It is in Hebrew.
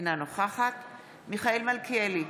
אינה נוכחת מיכאל מלכיאלי,